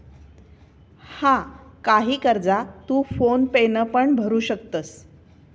हा, काही कर्जा तू फोन पेन पण भरू शकतंस